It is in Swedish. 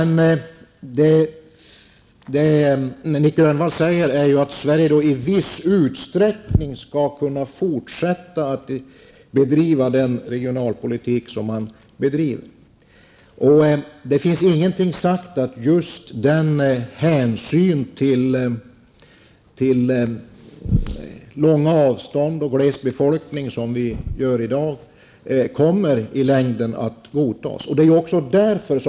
Nic Grönvall säger att Sverige i viss utsträckning skall kunna fortsätta att bedriva sin nuvarande regionalpolitik. Det finns ingenting sagt om att just den hänsyn till långa avstånd och till att Sverige är ett glest befolkat land som tas i dag i längden kommer att godtas.